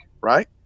right